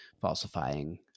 falsifying